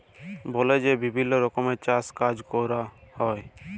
বলে যে বিভিল্ল্য রকমের চাষের কাজ হ্যয়